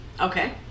Okay